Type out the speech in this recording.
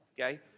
Okay